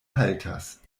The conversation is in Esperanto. haltas